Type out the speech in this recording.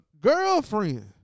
girlfriend